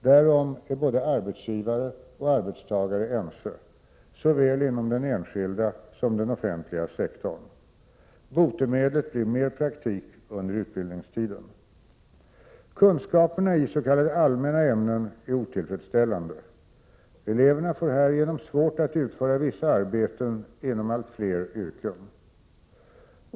Därom är både arbetsgivare och arbetstagare ense såväl inom den enskilda som den offentliga sektorn. Botemedlet blir mer praktik under utbildningstiden. Kunskaperna i s.k. allmänna ämnen är otillfredsställande. Eleverna får härigenom svårt att utföra vissa arbeten inom allt fler yrken.